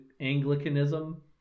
anglicanism